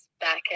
back